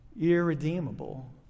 irredeemable